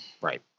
Right